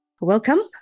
Welcome